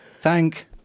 Thank